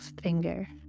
finger